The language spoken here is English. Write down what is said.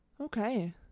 Okay